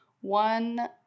one